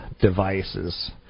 devices